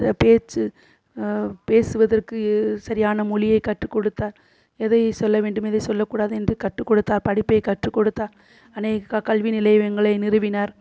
பே பேச்சு பேசுவதற்கு சரியான மொழியைக் கற்றுக் கொடுத்தார் எதை சொல்லவேண்டும் எதை சொல்லக்கூடாது என்று கற்றுக் கொடுத்தார் படிப்பை கற்றுக் கொடுத்தார் அநேக க கல்வி நிலையங்களை நிறுவினார்